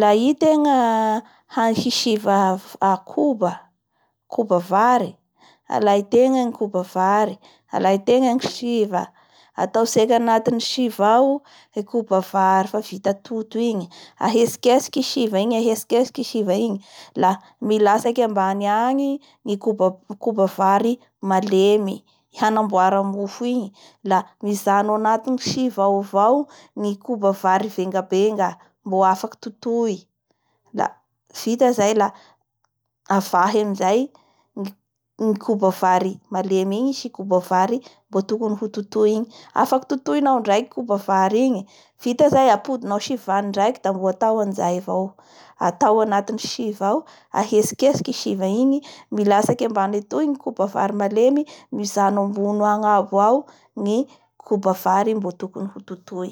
La i tegna ansisiva koba, koba vary, alain-tegna ny koba vary, alain-tegna ny siva. Atao seky agnatin'ny siva ao ny koba vary efa vita toto igny. Ahetsiketsiky i siva igny, ahetsiketsiky i siva igny, laha milatsaky ambany agny ny koba- koba vary malemy hagnamboara-mofo igny. La mijano agnatin'ny siva ao avao ny koba vary vengabenga mbô afaky totoy. Da vita zay la avahy amin'izay ny koba vary malemy igny sy koba vary mbô tokony hototoy igny. Afaky totoinao ndraiky koba vary igny. Vita zay apodinao sivany ndraiky da vao atao anjay avao. Atao agnatin'ny siva ao, ahetsiketsiky i siva igny. Milatsaky ambany atoy ny koba vary malemy, mijano ambony agnabo ao ny koba vary mbô tokony totoy.